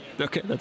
Okay